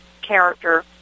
character